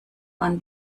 man